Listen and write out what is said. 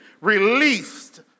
released